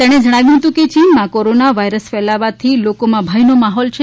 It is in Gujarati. તેણે જણાવ્યું હતું કે ચીનમાં કોરોના વાયરસ ફેલાવાથી લોકોમાં ભયનો માહોલ છે